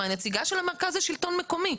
מהנציגה של המרכז לשלטון מקומי,